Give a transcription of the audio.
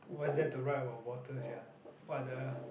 what is there to write about water sia what the